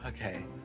okay